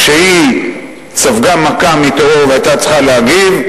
כשהיא ספגה מכה מטרור והיתה צריכה להגיב,